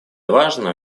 важно